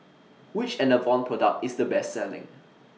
Which Enervon Product IS The Best Selling